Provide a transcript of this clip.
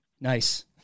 Nice